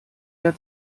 der